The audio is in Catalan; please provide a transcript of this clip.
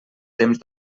temps